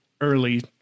early